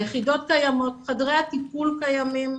היחידות קיימות, חדרי הטיפול קיימים.